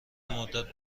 مدت